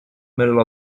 middle